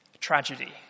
tragedy